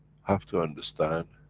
have to understand,